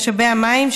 משאבי המים,